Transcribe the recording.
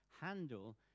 handle